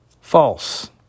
false